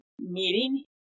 meeting